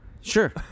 Sure